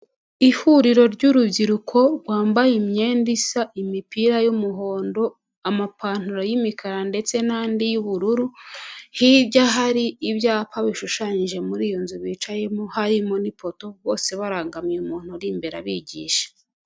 Ihuriro ry'urubyiruko rwambaye imyenda isa, imipira y'umuhondo, amapantaro y'imikara ndetse n'andi y'ubururu, hirya hari ibyapa bishushanyije muri iyo nzu bicayemo, harimo n'ipoto, bose barangamiye umuntu uri imbere abigisha.